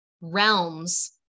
realms